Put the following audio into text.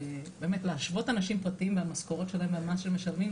ובאמת להשוות אנשים פרטיים והמשכורות שלהם על מה שהם משלמים,